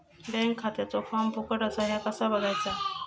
Bank खात्याचो form फुकट असा ह्या कसा बगायचा?